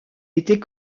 était